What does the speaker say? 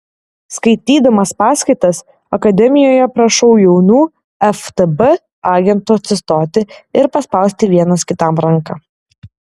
skaitydamas paskaitas akademijoje prašau jaunų ftb agentų atsistoti ir paspausti vienas kitam ranką